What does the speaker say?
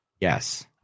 Yes